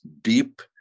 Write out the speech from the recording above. deep